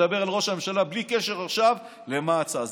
מדבר על ראש הממשלה בלי קשר עכשיו למה ההצעה.